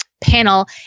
panel